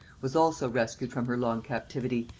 was also rescued from her long captivity,